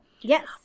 Yes